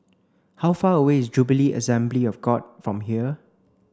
how far away is Jubilee Assembly of God from here